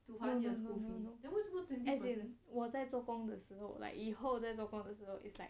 no no no no no as in 我在做工的时候 like 以后在做工的时候 is like